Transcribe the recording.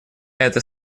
это